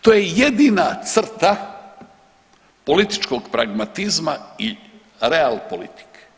To je jedina crta političkog pragmatizma i real politike.